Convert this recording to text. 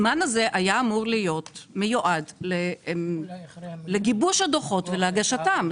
הזמן הזה היה אמור להיות מיועד לגיבוש הדוחות והגשתם.